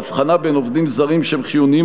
6. ההבחנה בין עובדים זרים שהם חיוניים,